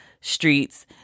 streets